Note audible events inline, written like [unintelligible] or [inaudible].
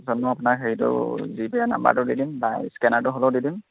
[unintelligible] আপোনাৰ হেৰিটো জিপে' ৰ নম্বৰটো দি দিম বা স্কেনাৰটো হ'লেও দি দিম